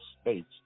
states